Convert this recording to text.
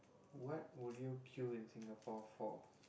what will you queue in Singapore for